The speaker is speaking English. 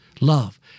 Love